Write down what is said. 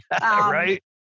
Right